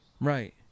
Right